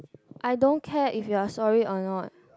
I don't care if you're sorry or not